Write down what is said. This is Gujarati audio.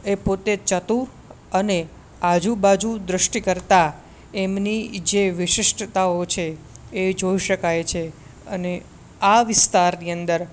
એ પોતે ચતુર અને આજુબાજુ દ્રષ્ટિ કરતાં એમની જે વિશિષ્ટતાઓ છે એ જોઈ શકાય છે અને આ વિસ્તારની અંદર